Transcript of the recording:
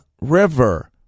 river